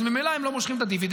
אז ממילא הם לא מושכים את הדיבידנד.